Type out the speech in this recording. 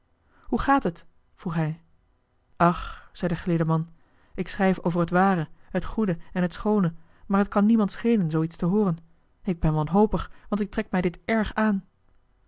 hoe gaat het vroeg hij ach zei de geleerde man ik schrijf over het ware het goede en het schoone maar het kan niemand schelen zoo iets te hooren ik ben wanhopig want ik trek mij dit erg aan